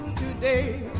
today